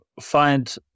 find